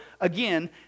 again